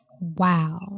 Wow